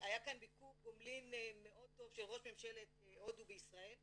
שהיה כאן ביקור גומלין מאוד טוב של ראש ממשלת הודו בישראל,